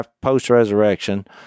post-resurrection